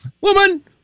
Woman